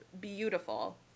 beautiful